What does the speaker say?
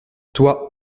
toi